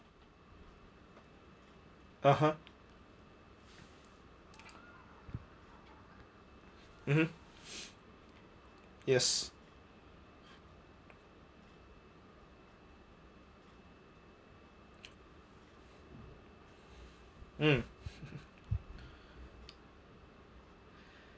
ah ha mmhmm yes mm